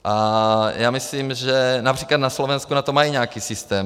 A já myslím, například na Slovensku na to mají nějaký systém.